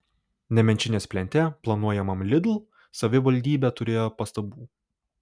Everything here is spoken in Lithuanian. nemenčinės plente planuojamam lidl savivaldybė turėjo pastabų